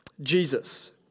Jesus